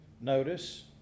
notice